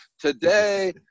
Today